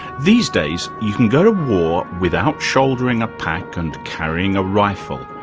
these days, you can go to war without shouldering a pack and carrying a rifle.